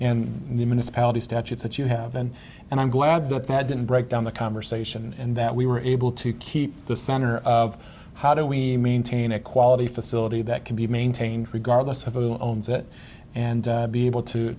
statutes that you have been and i'm glad that that didn't break down the conversation and that we were able to keep the center of how do we maintain equality facility that can be maintained regardless of who owns it and be able to